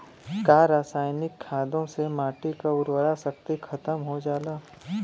का रसायनिक खादों से माटी क उर्वरा शक्ति खतम हो जाला?